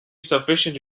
sufficient